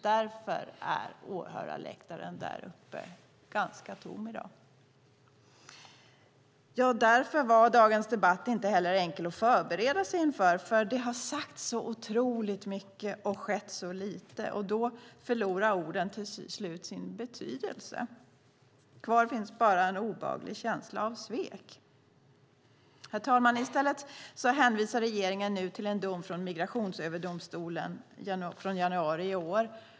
Därför är åhörarläktaren ganska tom i dag. Det var inte heller enkelt att förbereda sig inför dagens debatt eftersom det har sagts så otroligt mycket och skett så lite, och då förlorar orden till slut sin betydelse. Kvar finns bara en obehaglig känsla av svek. Herr talman! I stället hänvisar regeringen nu till en dom i Migrationsöverdomstolen från januari i år.